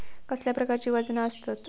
कसल्या प्रकारची वजना आसतत?